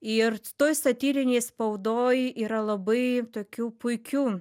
ir toj satyrinėj spaudoj yra labai tokių puikių